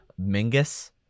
mingus